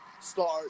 start